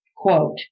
Quote